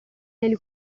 nelle